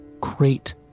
Great